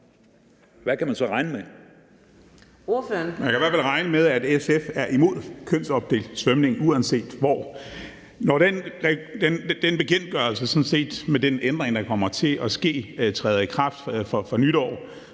Serdal Benli (SF): Man kan i hvert fald regne med, at SF er imod kønsopdelt svømning uanset hvor. Når den bekendtgørelse med den ændring, der kommer til at ske, træder i kraft fra nytår,